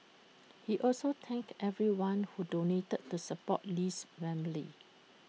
he also thanked everyone who donated to support Lee's family